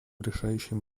решающем